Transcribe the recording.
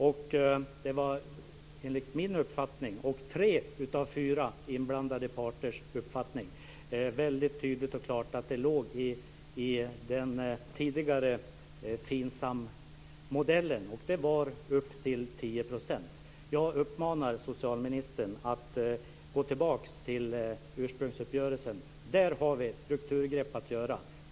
Det var enligt min uppfattning, och enligt tre av fyra inblandade parters uppfattning, väldigt tydligt och klart att det låg i den tidigare Finsammodellen. Jag uppmanar socialministern att gå tillbaka till ursprungsuppgörelsen. Där har vi strukturgrepp att ta.